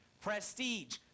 prestige